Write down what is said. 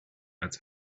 als